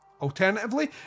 Alternatively